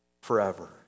forever